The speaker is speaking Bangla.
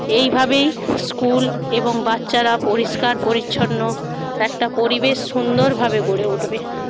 এইভাবেই স্কুল এবং বাচ্চারা পরিষ্কার পরিচ্ছন্ন একটা পরিবেশ সুন্দরভাবে গড়ে উঠবে